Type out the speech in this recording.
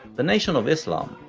the nation of islam,